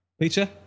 Peter